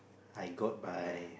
I got my